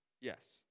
Yes